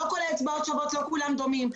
לא כל האצבעות שוות, לא כולם דומים.